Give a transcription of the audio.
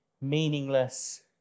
meaningless